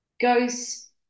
goes